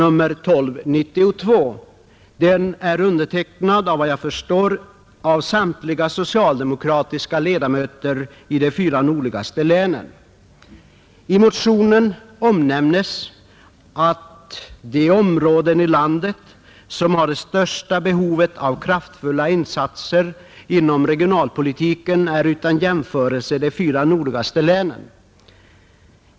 Efter vad jag förstår är den motionen undertecknad av samtliga socialdemokratiska ledamöter i de fyra nordligaste länen, och däri sägs att de områden i landet som har det största behovet av kraftfulla insatser inom regionalpolitiken utan jämförelse är de fyra nordligaste länen.